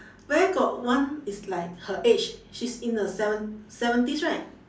where got one is like her age she's in her seven~ seventies right